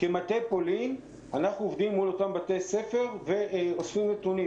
כמטה פולין אנחנו עובדים עם אותם בתי-ספר ואוספים נתונים.